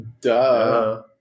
Duh